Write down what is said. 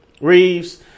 Reeves